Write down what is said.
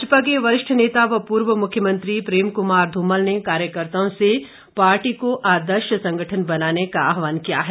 भाजपा के वरिष्ठ नेता व पूर्व मुख्यमंत्री प्रेम कुमार धूमल ने कार्यकर्त्ताओं से पार्टी को आदर्श संगठन बनाने का आहवान किया है